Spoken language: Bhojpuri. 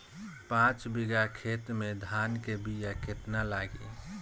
पाँच बिगहा खेत में धान के बिया केतना लागी?